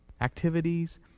Activities